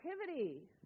activity